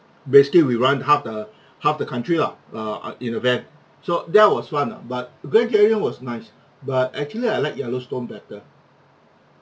basically we run half the half the country lah err uh in a van so that was fun lah but grand canyon was nice but actually I like yellowstone better